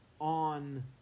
on